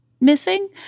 missing